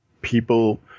people